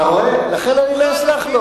אתה רואה, לכן אני לא אסלח לו.